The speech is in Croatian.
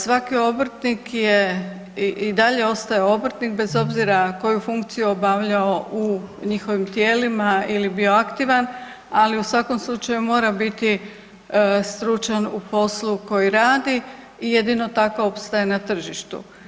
Svaki obrtnik je i dalje ostaje obrtnik bez obzira koju funkciju obavljao u njihovim tijelima ili bio aktivan, ali u svakom slučaju mora biti stručan u poslu koji radi i jedino tako opstaje na tržištu.